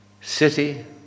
city